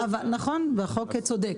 נכון, והחוק צודק.